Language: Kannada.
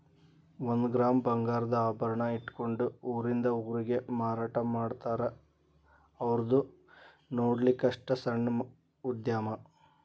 ಒಂದ ಗ್ರಾಮ್ ಬಂಗಾರದ ಆಭರಣಾ ಇಟ್ಕೊಂಡ ಊರಿಂದ ಊರಿಗೆ ಮಾರಾಟಾಮಾಡ್ತಾರ ಔರ್ದು ನೊಡ್ಲಿಕ್ಕಸ್ಟ ಸಣ್ಣ ಉದ್ಯಮಾ